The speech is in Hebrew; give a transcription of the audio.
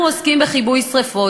אנחנו עוסקים בכיבוי שרפות.